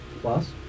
Plus